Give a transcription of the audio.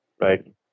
right